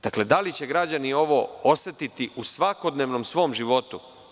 Dakle, da li će građani ovo osetiti u svakodnevnom svom životu?